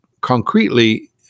concretely